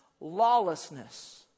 lawlessness